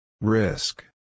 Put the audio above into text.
Risk